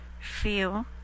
feel